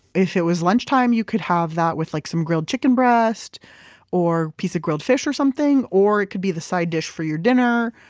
if it was lunchtime, you could have that with like some grilled chicken breast or a piece of grilled fish or something. or it could be the side dish for your dinner.